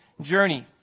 journey